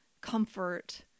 comfort